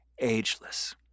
Ageless